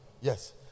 Yes